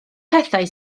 pethau